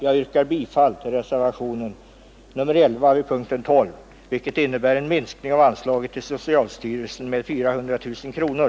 Jag yrkar bifall till min reservation nr 11 vid punkten 12 vilken innebär en minskning av anslaget till socialstyrelsen med 400 000 kronor.